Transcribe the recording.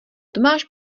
tomáš